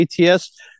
ATS